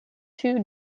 two